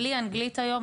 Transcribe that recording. בלי אנגלית היום,